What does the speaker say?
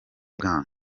gang